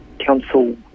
Council